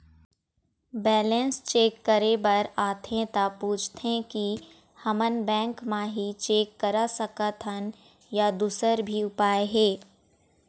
Balance check करे बर आथे ता पूछथें की हमन बैंक मा ही चेक करा सकथन या दुसर भी उपाय हे?